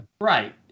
Right